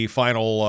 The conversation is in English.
final